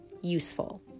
useful